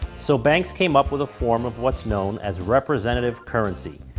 so banks came up with a form of what's known as representative currency.